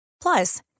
Plus